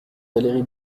valérie